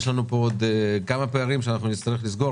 יש לנו פה עוד כמה פערים שנצטרך לסגור